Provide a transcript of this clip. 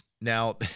Now